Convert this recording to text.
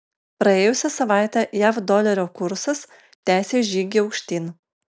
praėjusią savaitę jav dolerio kursas tęsė žygį aukštyn